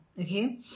okay